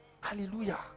Hallelujah